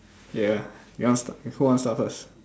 ya ya you want start who want start first